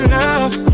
love